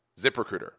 ZipRecruiter